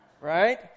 Right